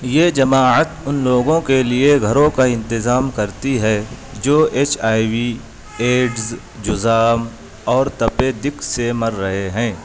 یہ جماعت ان لوگوں کے لیے گھروں کا انتظام کرتی ہے جو ایچ آئی وی ایڈز جذام اور تپِ دِق سے مر رہے ہیں